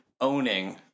owning